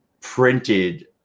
printed